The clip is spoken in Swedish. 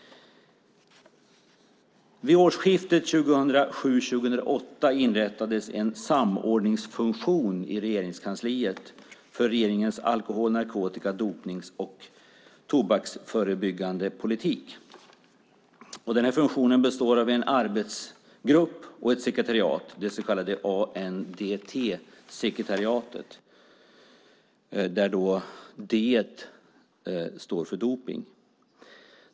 Vid årsskiftet 2007/08 inrättades i Regeringskansliet en samordningsfunktion för regeringens alkohol-, narkotika-, dopnings och tobaksförebyggande politik. Den funktionen består av en arbetsgrupp och ett sekretariat, ANDT-sekretariatet - D står för dopning.